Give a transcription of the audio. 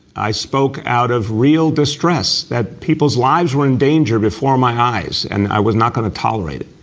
i spoke out of real distress that people's lives were in danger before my eyes and i was not going to tolerate it.